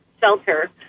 shelter